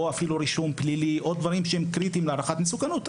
אפילו רישום פלילי או דברים שהם קריטיים להערכת מסוכנות,